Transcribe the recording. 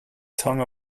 tongue